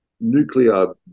nuclear